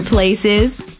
Places